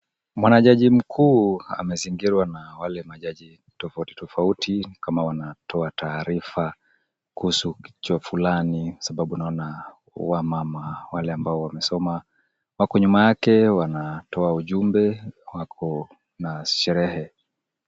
Jaji mkuu amezingirwa naa wale majaji tofautitofati kama wanatoa taarifa kuhusu tukio fulani sababu naona wamama wale ambao wamesoma wako nyuma yake wanatoa ujumbe, wako na sherehe.